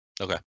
Okay